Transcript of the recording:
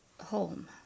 home